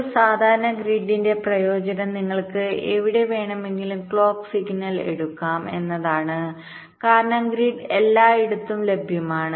ഒരു സാധാരണ ഗ്രിഡിന്റെ പ്രയോജനം നിങ്ങൾക്ക് എവിടെ വേണമെങ്കിലും ക്ലോക്ക് സിഗ്നൽ എടുക്കാം എന്നതാണ് കാരണം ഗ്രിഡ് എല്ലായിടത്തും ലഭ്യമാണ്